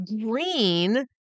Green